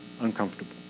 uncomfortable